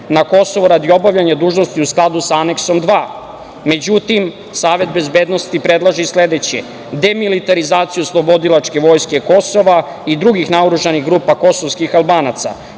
na Kosovo radi obavljanja dužnosti u skladu sa Aneksom 2. Međutim, Savet bezbednosti predlaže i sledeće: "demilitarizaciju oslobodilačke vojske Kosova i drugih naoružanih grupa kosovskih Albanaca",